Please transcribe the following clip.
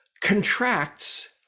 contracts